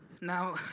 Now